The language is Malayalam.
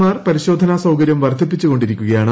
ആർ പരിശോധനാ സൌകര്യം വർദ്ധിപ്പിച്ചുകൊണ്ടിരിക്കുകയാണ്